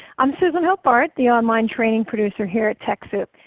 um susan hope-bard, the online training producer here at techsoup.